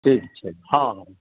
ठीक छै हँ